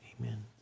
amen